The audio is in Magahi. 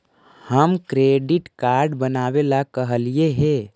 हम क्रेडिट कार्ड बनावे ला कहलिऐ हे?